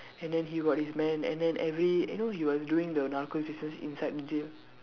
and then he got his men and then every you know he was doing the narcos inside the jail